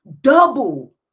double